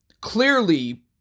clearly